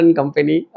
company